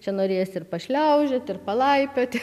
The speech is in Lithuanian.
čia norės ir pašliaužioti ir palaipioti